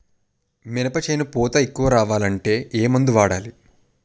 మినప చేను పూత ఎక్కువ రావాలి అంటే ఏమందు వాడాలి?